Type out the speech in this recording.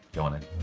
go on then.